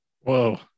Whoa